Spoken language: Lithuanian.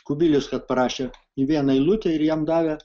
kubilius kad parašė į vieną eilutę ir jam davė